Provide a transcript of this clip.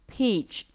peach